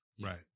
Right